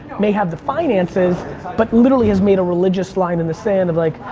may have the finances but literally has made a religious line in the sand of like,